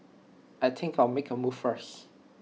I think I'll make A move first